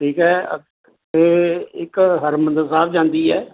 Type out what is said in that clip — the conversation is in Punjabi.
ਠੀਕ ਹੈ ਅਤੇ ਇੱਕ ਹਰਿਮੰਦਰ ਸਾਹਿਬ ਜਾਂਦੀ ਹੈ